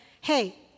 Hey